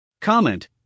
Comment